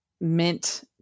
mint